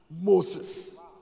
Moses